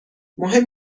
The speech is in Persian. مهم